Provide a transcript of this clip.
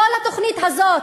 כל התוכנית הזאת,